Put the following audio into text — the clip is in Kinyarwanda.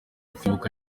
kwibuka